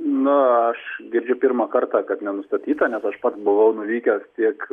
na aš girdžiu pirmą kartą kad nenustatyta nes aš pats buvau nuvykęs tiek